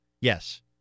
Yes